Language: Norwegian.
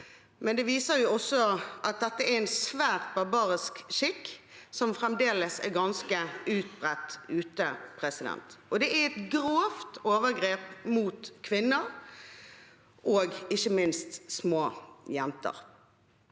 men det viser også at det er en svært barbarisk skikk som fremdeles er ganske utbredt ute. Det er et grovt overgrep mot kvinner, ikke minst mot små jenter.